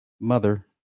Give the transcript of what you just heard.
mother